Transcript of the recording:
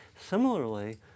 Similarly